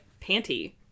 panty